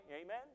Amen